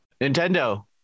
Nintendo